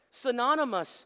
synonymous